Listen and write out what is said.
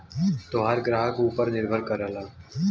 तोहार ग्राहक ऊपर निर्भर करला